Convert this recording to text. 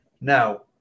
Now